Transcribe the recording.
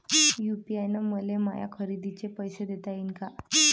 UPI न मले माया खरेदीचे पैसे देता येईन का?